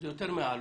זה יותר מהעלויות.